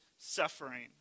suffering